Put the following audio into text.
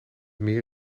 meer